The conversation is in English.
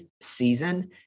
season